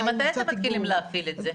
ממתי אתם מתחילים להפעיל את זה?